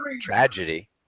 tragedy